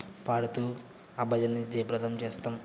పాడుతూ ఆ భజనని జయప్రదం చేస్తాము